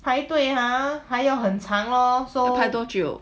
要排多久